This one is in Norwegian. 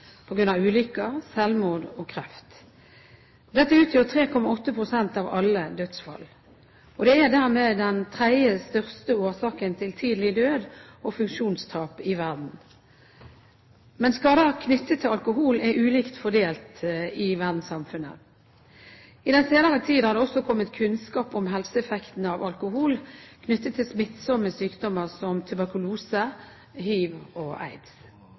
av ulykker, selvmord og kreft. Dette utgjør 3,8 pst. av alle dødsfall. Det er dermed den tredje største årsaken til tidlig død og funksjonstap i verden. Men skader knyttet til alkohol er ulikt fordelt i verdenssamfunnet. I den senere tid har det også kommet kunnskap om helseeffekten av alkohol knyttet til smittsomme sykdommer som tuberkulose og